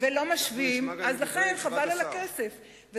אז חבל על הכסף.